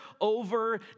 over